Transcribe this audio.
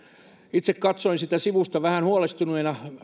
itse katsoin sitä sivusta vähän huolestuneena